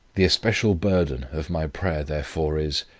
the especial burden of my prayer therefore is,